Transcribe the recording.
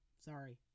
sorry